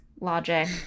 logic